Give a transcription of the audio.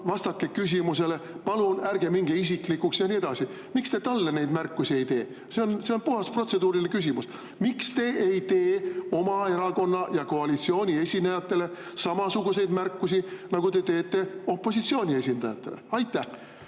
vastake küsimusele, palun ärge minge isiklikuks ja nii edasi? Miks te talle neid märkusi ei tee? See on puhas protseduuriline küsimus. Miks te ei tee oma erakonna ja koalitsiooni esinejatele samasuguseid märkusi, nagu te teete opositsiooni esindajatele? No